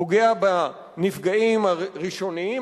פוגע בנפגעים הראשוניים,